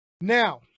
Now